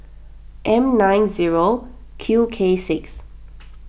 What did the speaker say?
M nine zero Q K six